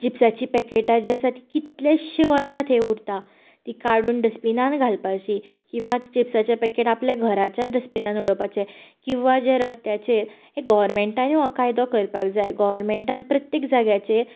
चिप्साचीं पॅकेटां जीं आसा तीं कितलेशे वर्सां थंय उरता तीं काडून डस्टबिनान घालपाचीं किवा तें चिप्साचें पॅकेट आपणाच्या घराच्या डस्टबिनान उडोवपाचें किंवा जें रस्त्याचेर गोव्हर्मेंटानी हो कायदो करपाक जाय गोव्हरेमेंटान प्रत्येक जाग्याचेर